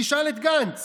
תשאל את גנץ,